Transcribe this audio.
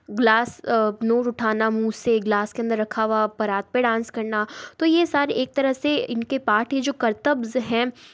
glass note उठाना मुंह से ग्लास के अंदर रखा हुआ परात पे डांस करना तो ये सारे एक तरह से इनके पार्ट है जो करतब्ज़ हैं